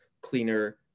cleaner